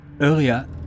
Earlier